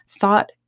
thought